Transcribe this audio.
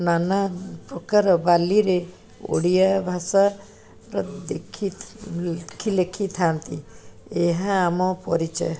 ନାନାପ୍ରକାର ବାଲିରେ ଓଡ଼ିଆ ଭାଷାର ଦେଖି ଲେଖିଥାନ୍ତି ଏହା ଆମ ପରିଚୟ